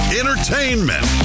entertainment